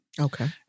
Okay